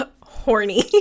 Horny